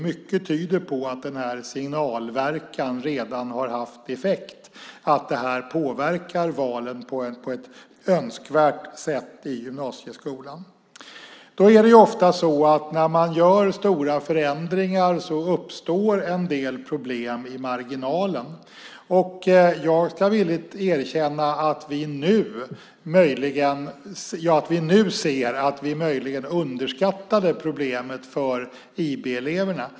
Mycket tyder på att den här signalverkan redan har haft effekt och att det här påverkar valen på ett önskvärt sätt i gymnasieskolan. När man gör stora förändringar uppstår en del problem i marginalen. Jag ska villigt erkänna att vi nu ser att vi möjligen underskattade problemet för IB-eleverna.